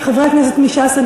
מש"ס,